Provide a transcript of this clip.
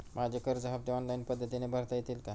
माझे कर्ज हफ्ते ऑनलाईन पद्धतीने भरता येतील का?